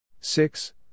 six